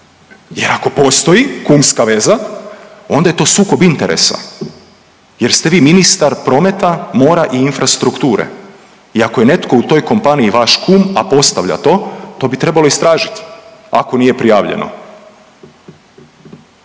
Jer ako postoji kumska veza onda je to sukob interesa jer ste vi ministar prometa, mora i infrastrukture i ako je netko u toj kompaniji vaš kum, a postavlja to, to bi trebalo istražiti ako nije prijavljeno,